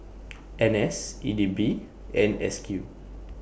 N S E D B and S Q